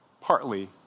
Partly